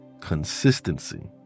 consistency